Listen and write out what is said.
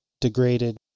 degraded